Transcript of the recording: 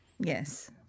Yes